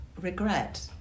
regret